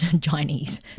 chinese